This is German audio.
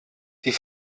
die